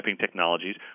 technologies